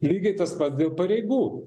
lygiai tas pats dėl pareigų